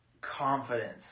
confidence